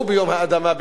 שנורו ביום האדמה ב-1976,